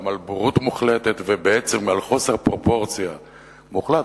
גם בורות מוחלטות ובעצם חוסר פרופורציה מוחלט.